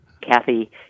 Kathy